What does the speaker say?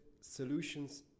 solutions